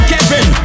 Kevin